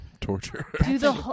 torture